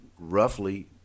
roughly